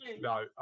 no